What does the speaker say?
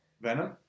Venom